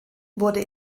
wurde